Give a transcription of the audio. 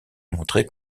montrer